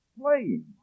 playing